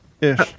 ish